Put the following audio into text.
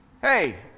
hey